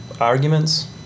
arguments